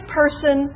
person